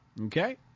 Okay